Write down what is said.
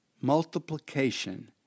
multiplication